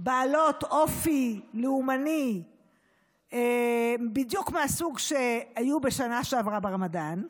בעלות אופי לאומני בדיוק מהסוג שהיו בשנה שעברה ברמדאן,